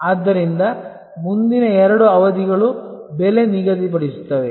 ಆದ್ದರಿಂದ ಮುಂದಿನ ಎರಡು ಅವಧಿಗಳು ಬೆಲೆ ನಿಗದಿಪಡಿಸುತ್ತವೆ